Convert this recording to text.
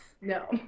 no